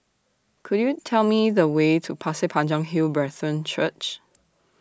Could YOU Tell Me The Way to Pasir Panjang Hill Brethren Church